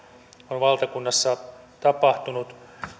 on valtakunnassa tapahtunut